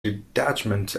detachment